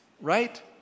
Right